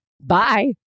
bye